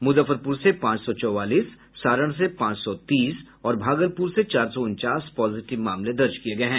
मुजफ्फरपुर से पांच सौ चौवालीस सारण से पांच सौ तीस और भागलपुर से चार सौ उनचास पॉजिटिव मामले दर्ज किये गये हैं